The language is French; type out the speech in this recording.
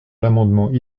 l’amendement